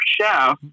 Chef